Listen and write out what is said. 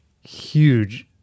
huge